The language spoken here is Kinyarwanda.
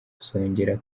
kuzongera